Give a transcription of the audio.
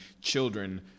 children